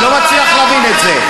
אני לא מצליח להבין את זה.